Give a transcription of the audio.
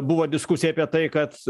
buvo diskusija apie tai kad